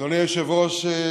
אדוני היושב-ראש,